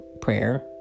Prayer